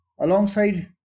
alongside